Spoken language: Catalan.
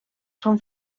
són